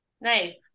Nice